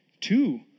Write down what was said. Two